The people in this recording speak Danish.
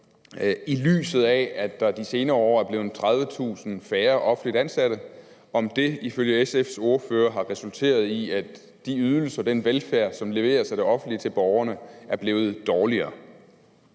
I lyset af at der de senere år er blevet 30.000 færre offentligt ansatte, har det ifølge SF's ordfører resulteret i, at de ydelser og den velfærd, som leveres af det offentlige til borgerne, er blevet dårligere?